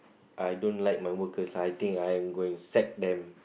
I don't like my workers I think I'm going sack them